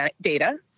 data